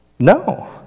No